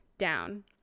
Down